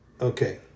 Okay